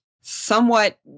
somewhat